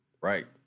right